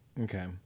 Okay